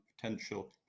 potential